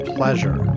Pleasure